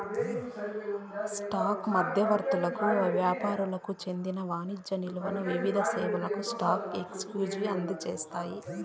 stock మధ్యవర్తులకు యాపారులకు చెందిన వాణిజ్య నిల్వలు వివిధ సేవలను స్పాక్ ఎక్సేంజికి అందిస్తాయి